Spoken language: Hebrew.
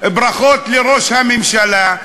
ברכות לראש הממשלה,